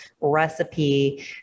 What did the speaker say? recipe